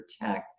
protect